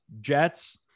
Jets